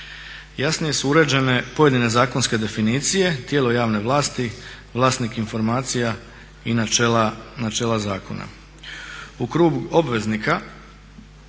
Jasnije su uređene pojedine zakonske definicije, tijelo javne vlasti, vlasnik informacija i načela zakona.